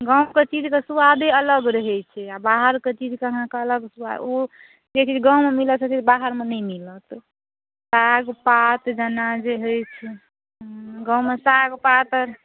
गाँवके चीजके स्वादे अलग रहए छै आ बाहरके चीजके अहाँकेे अलग स्वाद ओ जे चीज गाँवमे मिलत से चीज बाहरमे नहि मिलत साग पात जेना जे होइ छै गाँवमे साग पात